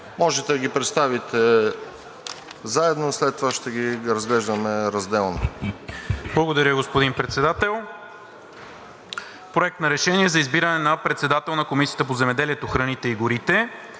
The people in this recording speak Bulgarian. можете да ги представите заедно и след това ще ги разглеждаме разделно.